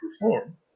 perform